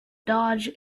dodge